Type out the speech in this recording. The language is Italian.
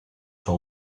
sua